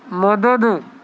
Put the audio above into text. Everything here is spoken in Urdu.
مدد